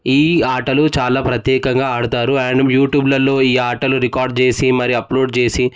ఈ ఆటలు చాలా ప్రత్యేకంగా ఆడుతారు అండ్ యూట్యూబ్లలో ఈ ఆటలు రికార్డ్ చేసి మరి అప్లోడ్ చేసి